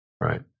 right